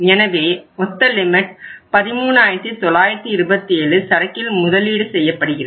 எனவே மொத்த லிமிட் 13927 சரக்கில் முதலீடு செய்யப்படுகிறது